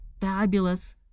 fabulous